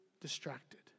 distracted